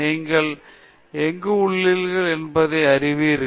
நீங்கள் எங்கு உள்ளீர்கள் என்பதை அறிவீர்கள்